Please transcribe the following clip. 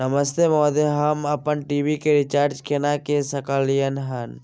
नमस्ते महोदय, हम अपन टी.वी के रिचार्ज केना के सकलियै हन?